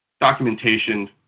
documentation